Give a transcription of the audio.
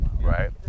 right